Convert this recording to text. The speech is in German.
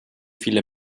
viele